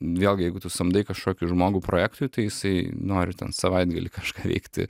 vėlgi jeigu tu samdai kažkokį žmogų projektui tai jisai nori ten savaitgalį kažką veikti